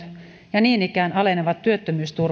ja niin ikään alenevat työttömyysturvamenot alentavat määrärahatasoa